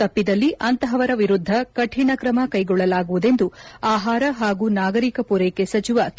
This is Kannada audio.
ತಪ್ಪಿದಲ್ಲಿ ಅಂತಹವರ ವಿರುದ್ದ ಕಠಿಣ ಕ್ರಮ ಕೈಗೊಳ್ಳಲಾಗುವುದೆಂದು ಆಹಾರ ಹಾಗೂ ನಾಗರಿಕ ಪೂರೈಕೆ ಸಚಿವ ಕೆ